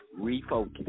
refocus